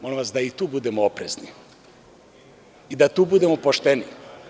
Molim vas da i tu budemo oprezni i da tu budemo pošteni.